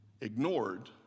ignored